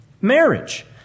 marriage